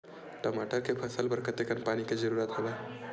टमाटर के फसल बर कतेकन पानी के जरूरत हवय?